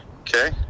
Okay